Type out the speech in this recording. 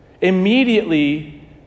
Immediately